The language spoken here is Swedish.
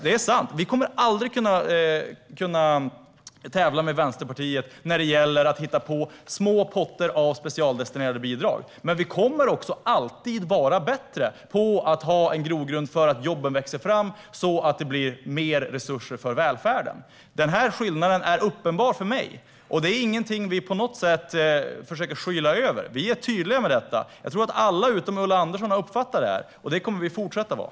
Det är sant att vi aldrig kommer att kunna tävla med Vänsterpartiet när det gäller små potter av specialdestinerade bidrag. Men vi kommer alltid att vara bättre på att skapa en grogrund för att jobben växer fram så att det blir mer resurser till välfärden. Den här skillnaden är uppenbar för mig, och det är inget som vi på något sätt försöker skyla över. Vi är tydliga med detta - jag tror att alla utom Ulla Andersson har uppfattat detta - och det kommer vi att fortsätta vara.